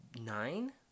nine